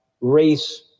race